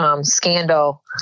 Scandal